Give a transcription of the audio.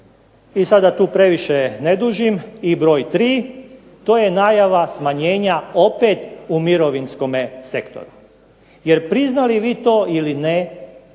I sad da tu previše ne dužim, i broj 3, to je najava smanjenja opet u mirovinskome sektoru. Jer priznali vi to ili ne